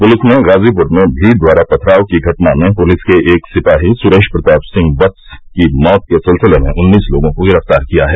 police ने ग़ाज़ीपुर में भीड़ द्वारा पथराव की घटना में पुलिस के एक सिपाही सुरेश प्रताप सिंह कत्स की मौत के सिलसिले में उन्नीस लोगों को गिरफ्तार किया है